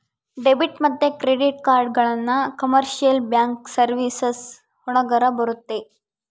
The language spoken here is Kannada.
ಡೆಬಿಟ್ ಮತ್ತೆ ಕ್ರೆಡಿಟ್ ಕಾರ್ಡ್ಗಳನ್ನ ಕಮರ್ಶಿಯಲ್ ಬ್ಯಾಂಕ್ ಸರ್ವೀಸಸ್ ಒಳಗರ ಬರುತ್ತೆ